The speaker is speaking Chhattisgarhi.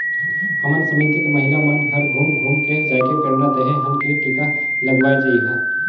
हमर समिति के महिला मन हर घुम घुम के जायके प्रेरना देहे हन की टीका लगवाये जइहा